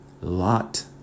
lot